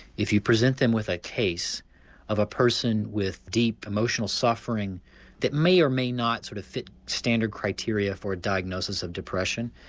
if you present them with a case of a person with deep emotional suffering that may or may not sort of fit standard criteria for diagnosis of depression,